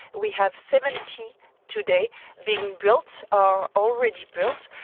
we have seventy today being built or already built.